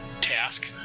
Task